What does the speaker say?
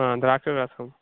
ద్రాక్షరసం